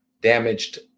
damaged